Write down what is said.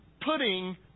putting